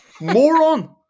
Moron